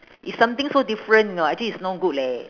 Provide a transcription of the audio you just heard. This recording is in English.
it's something so different you know actually it's no good leh